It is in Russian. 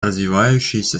развивающиеся